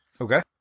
Okay